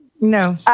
No